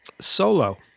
solo